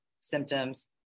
symptoms